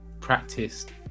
practiced